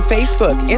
Facebook